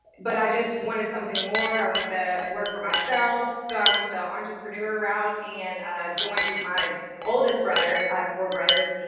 but i just wanted something more, i wanted to work for myself. so i went the entrepreneurial route and joined my oldest brother, i have four brothers